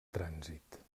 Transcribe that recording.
trànsit